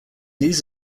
these